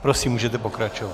Prosím, můžete pokračovat.